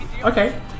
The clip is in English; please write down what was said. Okay